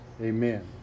Amen